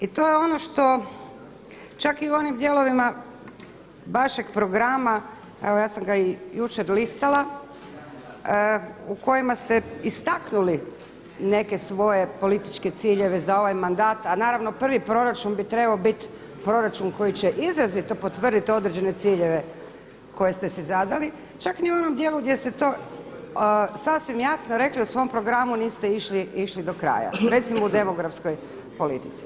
I to je ono što čak i u onom dijelovima vašeg programa, evo ja sam ga i jučer listala u kojima ste istaknuli neke svoje političke ciljeve za ovaj mandata, a naravno prvi proračun bi trebao biti proračun koji će izrazito potvrditi određene ciljeve koje ste si zadali, čak ni u onom djelu gdje ste to sasvim jasno rekli u svom programu niste išli do kraja recimo u demografskoj politici.